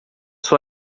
sua